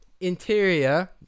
interior